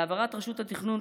בהעברת רשות התכנון